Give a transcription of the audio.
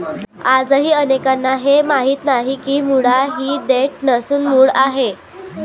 आजही अनेकांना हे माहीत नाही की मुळा ही देठ नसून मूळ आहे